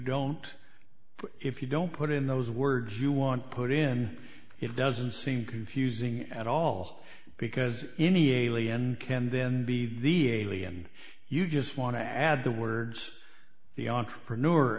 don't if you don't put in those words you want to put in it doesn't seem confusing at all because any alien can then be the alien you just want to add the words the entrepreneur